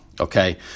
Okay